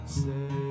say